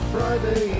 Friday